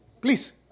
Please